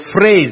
phrase